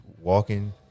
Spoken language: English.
walking